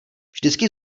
vždycky